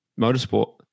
motorsport